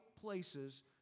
places